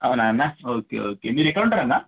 అవునా అన్న okay okay మీరు ఎక్కడ ఉంటారు అన్న